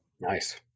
Nice